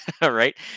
right